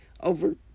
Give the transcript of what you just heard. over